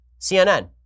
CNN